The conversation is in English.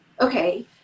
Okay